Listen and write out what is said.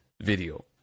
video